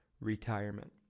retirement